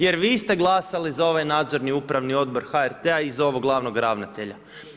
Jer vi ste glasali za ovaj nadzorni, upravni odbor HRT-a glavnog ravnatelja.